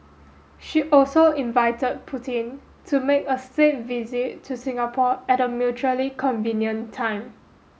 she also invite Putin to make a state visit to Singapore at a mutually convenient time